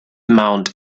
mount